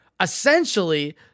essentially